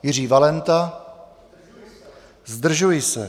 Jiří Valenta: Zdržuji se.